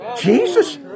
Jesus